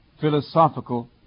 philosophical